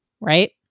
right